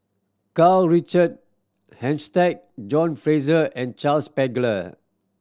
Karl Richard Hanitsch John Fraser and Charles Paglar